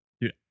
dude